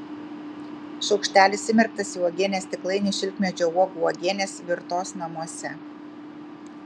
šaukštelis įmerktas į uogienės stiklainį šilkmedžio uogų uogienės virtos namuose